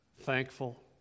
thankful